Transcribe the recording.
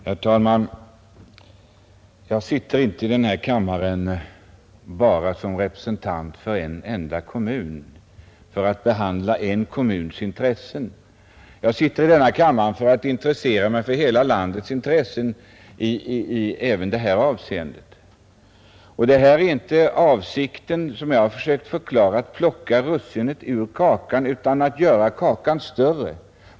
Herr talman! Jag sitter inte i den här kammaren bara som representant för en enda kommun och för att behandla bara en kommuns intressen. Jag sitter i denna kammare för att intressera mig för hela landets intressen även i det här avseendet. Avsikten är inte, som jag försökt förklara, att plocka russinet ur kakan, utan att göra kakan större.